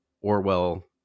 orwell